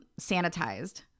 sanitized